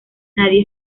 nadie